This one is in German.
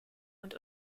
und